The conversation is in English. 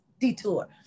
detour